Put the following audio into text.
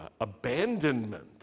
abandonment